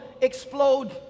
explode